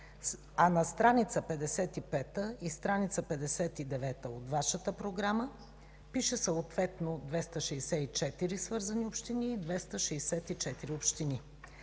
а на страници 55 и 59 от Вашата програма пише съответно „264 свързани общини” и „264 общини”.